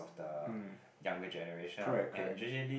mm correct correct